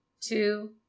two